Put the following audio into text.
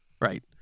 Right